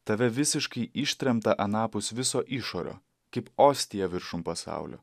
tave visiškai ištremtą anapus viso išorio kaip ostiją viršum pasaulio